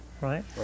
right